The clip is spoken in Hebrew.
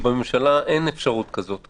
בממשלה אין אפשרות כזאת.